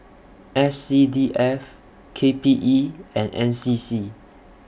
S C D F K P E and N C C